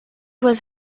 was